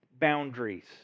boundaries